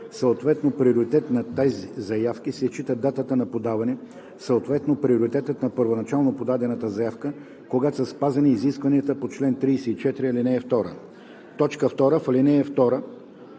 съответно приоритет на тези заявки, се счита датата на подаване, съответно приоритетът на първоначално подадената заявка, когато са спазени изискванията по чл. 34, ал. 2.” 2. В ал. 2